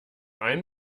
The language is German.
ein